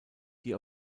die